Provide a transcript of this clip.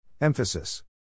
Emphasis